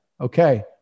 Okay